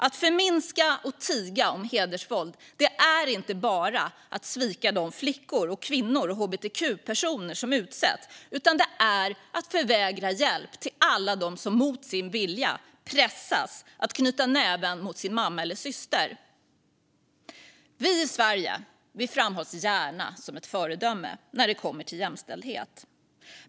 Att förminska och tiga om hedersvåld är inte bara att svika de flickor, kvinnor och hbtq-personer som utsätts. Det är också att förvägra hjälp till alla dem som mot sin vilja pressas att knyta näven mot sin mamma eller syster. Vi i Sverige framhålls gärna som ett föredöme när det kommer till jämställdhet.